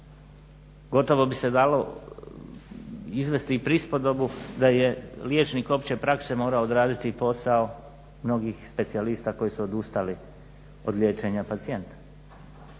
Gotovo bi se dalo izvesti i prispodobu da je liječnik opće prakse morao odraditi posao mnogih specijalista koji su odustali od liječenja pacijenata.